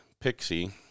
Pixie